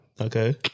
Okay